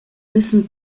müssen